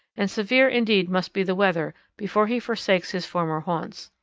and severe indeed must be the weather before he forsakes his former haunts.